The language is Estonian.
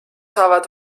saavad